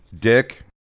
Dick